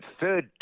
third